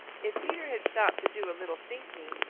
if peter had stopped to do a little thinking,